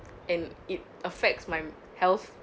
and it affects my health